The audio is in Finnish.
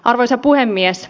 arvoisa puhemies